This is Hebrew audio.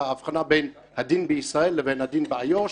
באבחנה בין הדין בישראל בין הדין באיו"ש,